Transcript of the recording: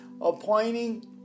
appointing